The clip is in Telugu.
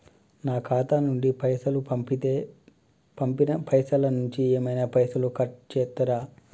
నా ఖాతా నుండి పైసలు పంపుతే పంపిన పైసల నుంచి ఏమైనా పైసలు కట్ చేత్తరా?